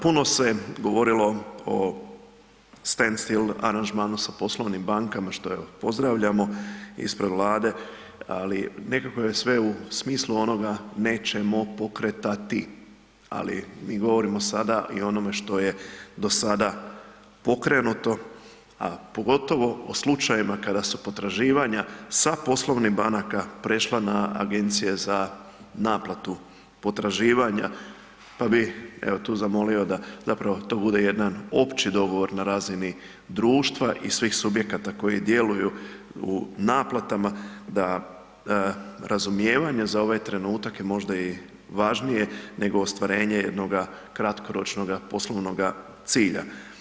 Puno se govorilo o „stand still“ aranžmanu sa poslovnim bankama, što evo pozdravljamo ispred Vlade, ali nekako je sve u smislu onoga nećemo pokretati, ali mi govorimo sada i o onome što je dosada pokrenuto, a pogotovo o slučajevima kada su potraživanja sa poslovnih banaka prešla na Agencije za naplatu potraživanja, pa bi evo tu zamolio da zapravo to bude jedan opći dogovor na razini društva i svih subjekata koji djeluju u naplatama da razumijevanje za ovaj trenutak je možda i važnije nego ostvarenje jednoga kratkoročnoga poslovnoga cilja.